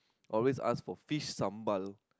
always ask for fish sambal